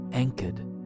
anchored